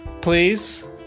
Please